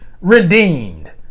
redeemed